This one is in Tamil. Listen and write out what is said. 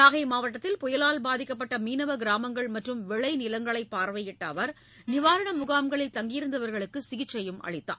நாகை மாவட்டத்தில் புயலால் பாதிக்கப்பட்ட மீனவ கிராமங்கள் மற்றும் விளை நிலங்களை பார்வையிட்ட அவர் நிவாரண முகாம்களில் தங்கியிருந்தவர்களுக்கு சிகிச்சையும் அளித்தார்